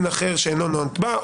אחר שאינו נתבע"